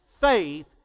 faith